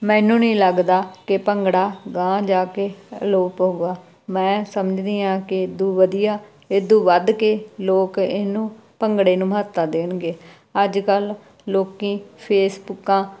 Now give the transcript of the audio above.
ਮੈਨੂੰ ਨਹੀਂ ਲੱਗਦਾ ਕਿ ਭੰਗੜਾ ਗਾਂਹ ਜਾ ਕੇ ਅਲੋਪ ਹੋਊਗਾ ਮੈਂ ਸਮਝਦੀ ਹਾਂ ਕਿ ਇਦੂ ਵਧੀਆ ਇਦੂ ਵੱਧ ਕੇ ਲੋਕ ਇਹਨੂੰ ਭੰਗੜੇ ਨੂੰ ਮਹੱਤਤਾ ਦੇਣਗੇ ਅੱਜ ਕੱਲ੍ਹ ਲੋਕੀ ਫੇਸਬੁਕਾਂ